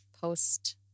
post